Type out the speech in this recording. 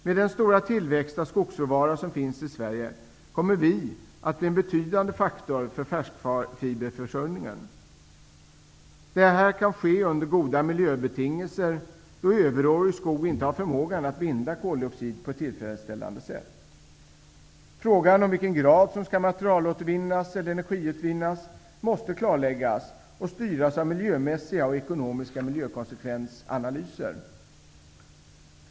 Med den stora tillväxt av skogsråvara som finns i Sverige kommer vårt land att bli en betydande faktor för försörjningen av färskfibrer. Det här kan ske under goda miljöbetingelser då överårig skog inte har förmågan att binda koldioxid på ett tillfredsställande sätt. Frågan i vilken utsträckning som materialåtervinning eller energiutvinning skall användas måste klarläggas och styras av analyser av miljömässiga och ekonomiska miljökonsekvenser.